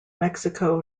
mexico